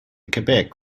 quebec